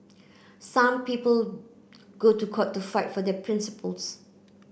some people go to court to fight for their principles